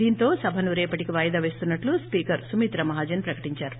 దీంతో సభను రేపటికి వాయిదా పేస్తున్న ట్లు స్పీకర్ సుమిత్రా మహాజన్ ప్రకటించారు